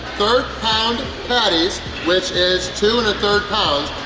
third-pound patties. which is two and a third pounds.